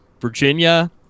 Virginia